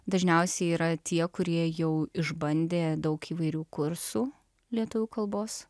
dažniausiai yra tie kurie jau išbandė daug įvairių kursų lietuvių kalbos